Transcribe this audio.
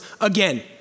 again